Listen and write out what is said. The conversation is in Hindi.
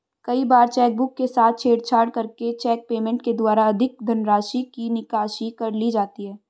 कई बार चेकबुक के साथ छेड़छाड़ करके चेक पेमेंट के द्वारा अधिक धनराशि की निकासी कर ली जाती है